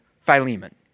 philemon